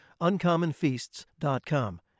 Uncommonfeasts.com